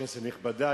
כנסת נכבדה,